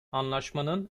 anlaşmanın